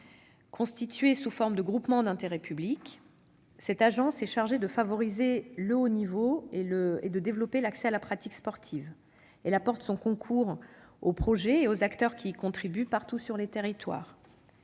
Constituée sous forme de groupement d'intérêt public, cette agence est chargée de favoriser le haut niveau et de développer l'accès à la pratique sportive. Elle apporte son concours aux projets et aux acteurs qui y contribuent, partout sur les territoires.